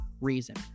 reason